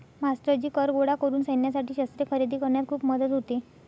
मास्टरजी कर गोळा करून सैन्यासाठी शस्त्रे खरेदी करण्यात खूप मदत होते